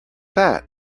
that